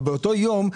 אבל באותו יום,